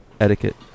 Etiquette